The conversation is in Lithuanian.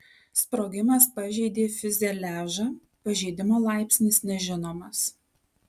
sprogimas pažeidė fiuzeliažą pažeidimo laipsnis nežinomas